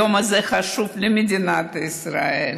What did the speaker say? היום הזה חשוב למדינת ישראל,